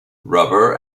rubber